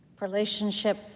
relationship